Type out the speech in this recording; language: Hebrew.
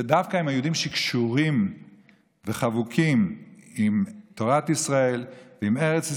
זה דווקא עם היהודים שקשורים וחבוקים עם תורת ישראל ועם ארץ ישראל.